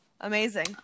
amazing